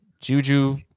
Juju